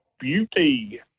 beauty